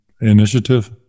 initiative